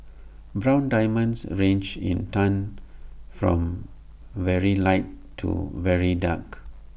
brown diamonds range in tone from very light to very dark